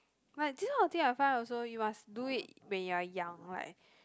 but this kind of thing I find out also you must do it when you are young right